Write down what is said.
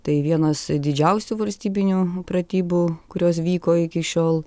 tai vienas didžiausių valstybinių pratybų kurios vyko iki šiol